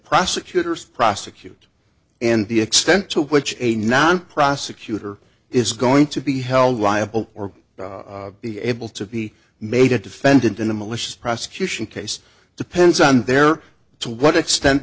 prosecutors prosecute and the extent to which a non prosecutor is going to be held liable or be able to be made a defendant in a malicious prosecution case depends on their to what extent